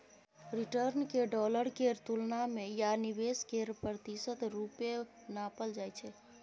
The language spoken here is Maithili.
रिटर्न केँ डॉलर केर तुलना मे या निबेश केर प्रतिशत रुपे नापल जाइ छै